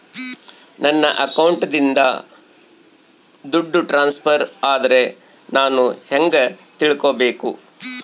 ನನ್ನ ಅಕೌಂಟಿಂದ ದುಡ್ಡು ಟ್ರಾನ್ಸ್ಫರ್ ಆದ್ರ ನಾನು ಹೆಂಗ ತಿಳಕಬೇಕು?